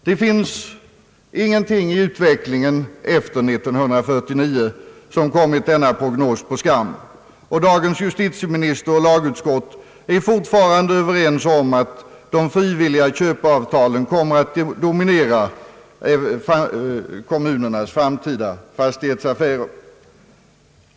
Det finns ingenting i utvecklingen efter 1949 som har kommit denna prognos på skam, och dagens justitieminister och lagutskott är fortfarande överens om att de frivilliga köpeavtalen kommer att dominera kommunernas framtida fastighetsaffärer.